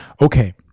Okay